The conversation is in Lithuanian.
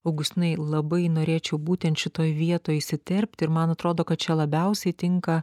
augustinai labai norėčiau būtent šitoj vietoj įsiterpti ir man atrodo kad čia labiausiai tinka